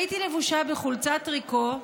הייתי לבושה בחולצת טריקו,